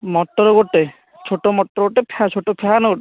ମଟର ଗୋଟେ ଛୋଟ ମଟର ଗୋଟେ ଫ୍ୟା ଛୋଟ ଫ୍ୟାନ ଗୋଟେ